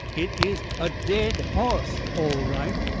it is a dead hoss all right.